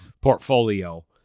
portfolio